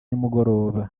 nimugoroba